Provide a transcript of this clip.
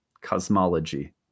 cosmology